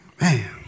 Man